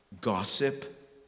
gossip